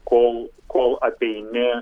kol kol apeini